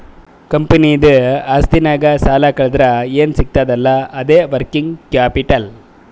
ಕಂಪನಿದು ಆಸ್ತಿನಾಗ್ ಸಾಲಾ ಕಳ್ದುರ್ ಏನ್ ಸಿಗ್ತದ್ ಅಲ್ಲಾ ಅದೇ ವರ್ಕಿಂಗ್ ಕ್ಯಾಪಿಟಲ್